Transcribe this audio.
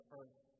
earth